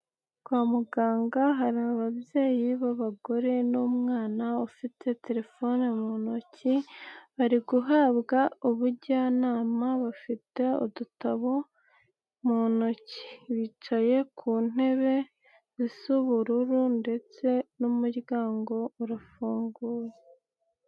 Kwa muganga hari ababyeyi b'abagore n'umwana ufite telefoni mu ntoki. Bari guhabwa ubujyanama bafite udutabo mu ntoki. Bicaye ku ntebe z'ubururu ndetse n'umuryango urafunguwe.